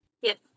Yes